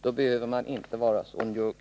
Då behöver man inte vara så njugg.